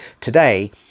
today